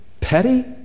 petty